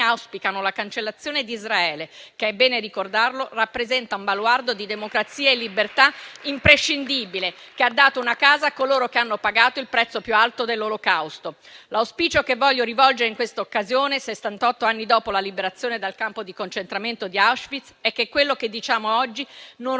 auspicano la cancellazione di Israele, che - è bene ricordarlo - rappresenta un baluardo di democrazia e libertà imprescindibile, che ha dato una casa a coloro che hanno pagato il prezzo più alto dell'Olocausto. L'auspicio che voglio rivolgere in questa occasione, settantotto anni dopo la liberazione dal campo di concentramento di Auschwitz, è che quello che diciamo oggi non